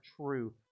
true